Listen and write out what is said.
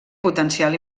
potencial